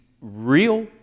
real